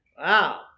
Wow